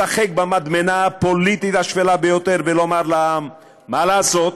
לשחק במדמנה הפוליטית השפלה ביותר ולומר לעם: מה לעשות,